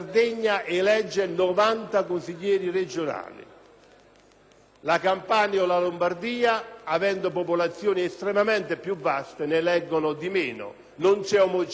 La Campania e la Lombardia, che pure hanno popolazioni estremamente più vaste, ne eleggono di meno: non c'è omogeneità neanche nel rapporto tra la popolazione e gli eletti.